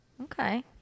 Okay